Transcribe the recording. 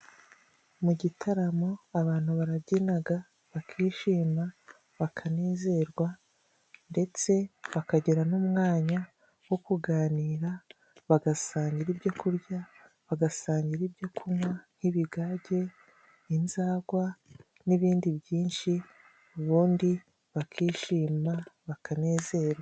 Mu gitaramo abantu barabyinaga bakishima, bakanezerwa, ndetse bakagira n'umwanya wo kuganira bagasangira ibyokurya, bagasangira ibyokunywa, nk'ibigage, inzagwa n'ibindi byinshi. Ubundi bakishima, bakanezerwa.